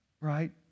right